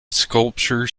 sculpture